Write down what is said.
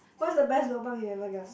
what's the best lobang you ever got